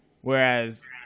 Whereas